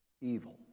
evil